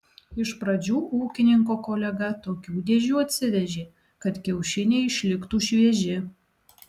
iš pradžių ūkininko kolega tokių dėžių atsivežė kad kiaušiniai išliktų švieži